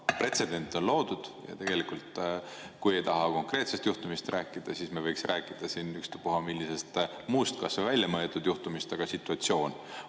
pretsedent on loodud. Tegelikult, kui ei taha konkreetsest juhtumist rääkida, siis me võiksime rääkida ükstapuha millisest muust, kas või väljamõeldud juhtumist, aga situatsioon